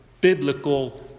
biblical